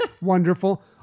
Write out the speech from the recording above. wonderful